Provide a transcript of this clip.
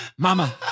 Mama